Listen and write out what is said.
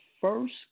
first